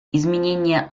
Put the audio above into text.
изменение